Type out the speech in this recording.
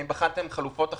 האם בחנתם חלופות אחרות?